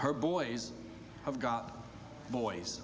her boys have got boys